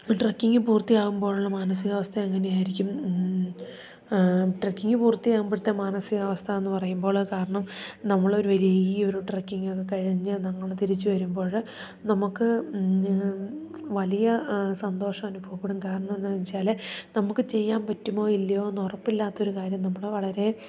trekking പൂർത്തിയാകുമ്പോഴുള്ള മാനസികാവസ്ഥ എങ്ങനെയായിരിക്കും ട്രക്കിങ്ങ് പൂർത്തിയാകുമ്പോഴത്തെ മാനസികാവസ്ഥയെന്നു പറയുമ്പോൾ കാരണം നമ്മളൊരു വലീയ ഒരു ട്രക്കിങ്ങൊക്കെ കഴിഞ്ഞ് നമ്മൾ തിരിച്ചു വരുമ്പോൾ നമുക്ക് വലിയ സന്തോഷം അനുഭവപ്പെടും കാരണമെന്താണെന്നു വെച്ചാൽ നമുക്ക് ചെയ്യാൻ പറ്റുമോ ഇല്ലയോ എന്നുറപ്പില്ലാത്തൊരു കാര്യം നമ്മൾ വളരെ